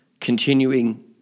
continuing